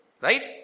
Right